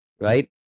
right